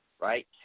right